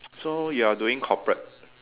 so you are doing corporate